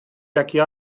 jaki